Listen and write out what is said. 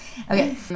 Okay